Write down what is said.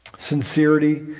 Sincerity